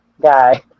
guy